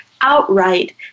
outright